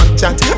chat